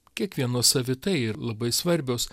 kiekvieno savitai ir labai svarbios